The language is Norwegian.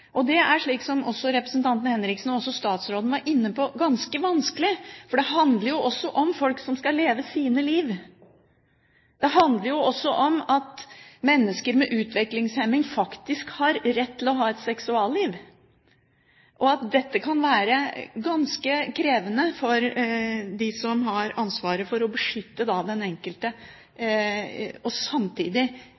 Det er, som også representanten Henriksen og statsråden var inne på, ganske vanskelig, for det handler også om folk som skal leve sine liv. Det handler også om at mennesker med utviklingshemming faktisk har rett til å ha et seksualliv, og det kan være ganske krevende for dem som har ansvaret for å beskytte den enkelte